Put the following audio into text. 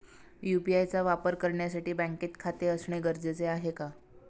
UPI चा वापर करण्यासाठी बँकेत खाते असणे गरजेचे आहे का?